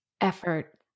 effort